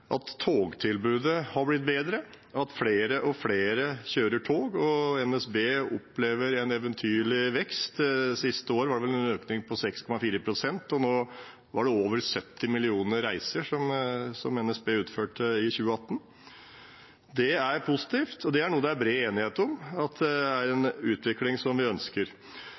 at togtilbudet har blitt bedre, at flere og flere kjører tog. NSB opplever en eventyrlig vekst. Sist år var det vel en økning på 6,4 pst., og NSB utførte over 70 millioner reiser i 2018. Det er positivt, og det er noe det er bred enighet om at er en utvikling som vi ønsker.